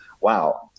wow